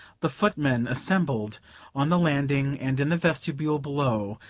the foot-men assembled on the landing and in the vestibule below,